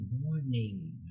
morning